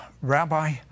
Rabbi